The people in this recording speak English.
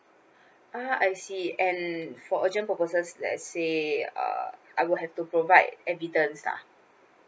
ah I see it and for urgent purposes lets say uh I will have to provide evidence lah